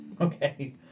Okay